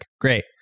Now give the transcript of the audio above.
Great